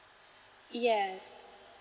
yes